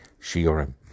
shiurim